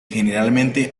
generalmente